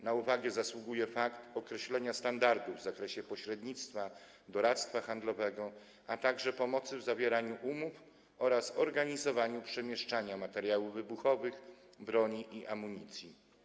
Na uwagę zasługuje fakt określenia standardów w zakresie pośrednictwa, doradztwa handlowego, a także pomocy w zawieraniu umów oraz organizowaniu przemieszczania materiałów wybuchowych, broni i amunicji.